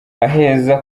aheza